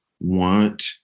want